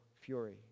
fury